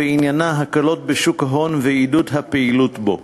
ועניינה הקלות בשוק ההון ועידוד הפעילות בו.